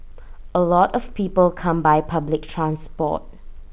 A lot of people come by public transport